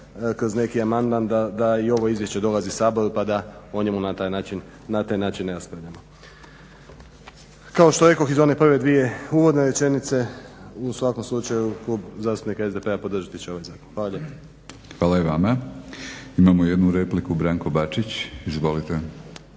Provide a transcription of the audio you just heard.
kroz neki amandman da i ovo izvješće dolazi Saboru pa da o njemu na taj način ne raspravljamo. Kao što rekoh ih one prve dvije uvodne rečenice, u svakom slučaju Klub zastupnika SDP-a podržati će ovaj zakon. Hvala lijepa. **Batinić, Milorad (HNS)** Hvala i vama. Imamo jednu repliku, Branko Bačić, izvolite.